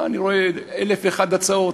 אני רואה אלף ואחת הצעות.